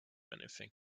anything